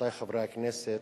רבותי חברי הכנסת,